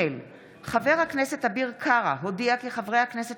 חבר הכנסת אביר קארה הודיע כי חברי הכנסת